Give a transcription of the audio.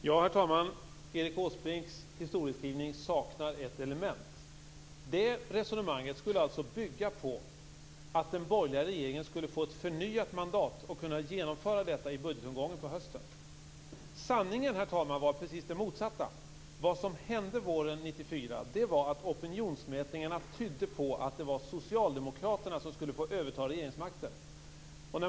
Herr talman! Erik Åsbrinks historieskrivning saknar ett element. Det resonemanget bygger på att den borgerliga regeringen skulle få ett förnyat mandat och kunna genomföra detta i budgetomgången på hösten. Sanningen, herr talman, var precis den motsatta. Vad som hände våren 1994 var att opinionsmätningarna tydde på att det var Socialdemokraterna som skulle få överta regeringsmakten.